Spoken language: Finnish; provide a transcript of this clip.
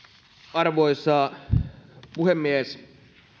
arvoisa puhemies